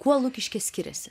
kuo lukiškės skiriasi